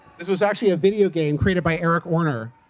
this was actually a video game created by eric orner,